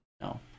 No